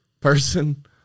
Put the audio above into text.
person